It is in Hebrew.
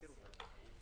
בסדר.